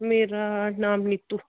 ਮੇਰਾ ਨਾਮ ਨੀਤੂ